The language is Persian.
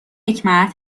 حکمت